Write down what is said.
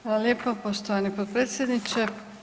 Hvala lijepo poštovani potpredsjedniče.